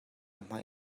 hmai